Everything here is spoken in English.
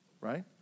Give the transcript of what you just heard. right